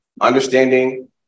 Understanding